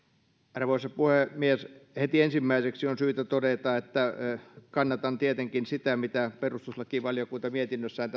arvoisa puhemies heti ensimmäiseksi on syytä todeta että kannatan tietenkin sitä mitä perustuslakivaliokunta mietinnössään